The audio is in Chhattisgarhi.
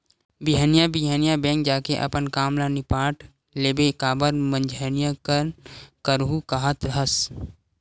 बिहनिया बिहनिया बेंक जाके अपन काम ल निपाट लेबे काबर मंझनिया कन करहूँ काहत हस